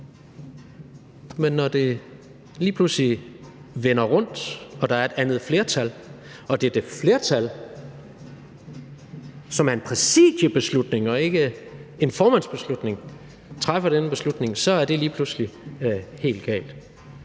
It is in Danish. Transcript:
Men når det lige pludselig vender rundt og der er et andet flertal, og når dette flertal ved en præsidiebeslutning – ikke en formandsbeslutning – træffer den beslutning, så er det lige pludselig helt galt.